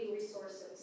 resources